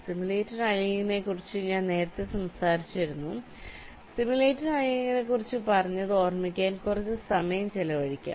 simulated അനിയലിംഗിനെക്കുറിച്ച് ഞങ്ങൾ നേരത്തെ സംസാരിച്ചിരുന്നു സിമുലേറ്റഡ് അനിയലിംഗിനെക്കുറിച്ച് പറഞ്ഞത് ഓർമ്മിക്കാൻ കുറച്ച് സമയം ചിലവഴിക്കാം